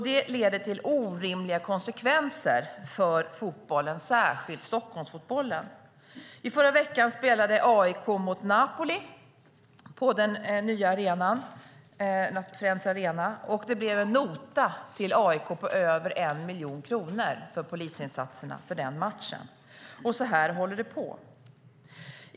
Det får orimliga konsekvenser för fotbollen, särskilt Stockholmsfotbollen. I förra veckan spelade AIK mot Napoli på den nya arenan, Friends arena, och det blev en nota till AIK på över 1 miljon kronor för polisinsatserna för den matchen. Så här håller det på.